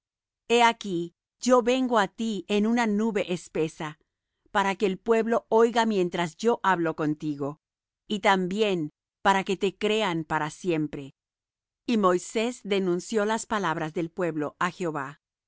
he aquí yo vengo á ti en una nube espesa para que el pueblo oiga mientras yo hablo contigo y también para que te crean para siempre y moisés denunció las palabras del pueblo á jehová